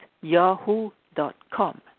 yahoo.com